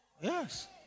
Yes